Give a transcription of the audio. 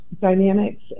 dynamics